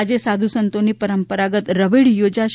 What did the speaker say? આજે સાધુસંતોની પરંપરાગત રવેડી યોજાશ